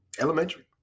elementary